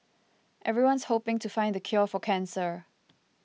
everyone's hoping to find the cure for cancer